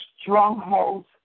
strongholds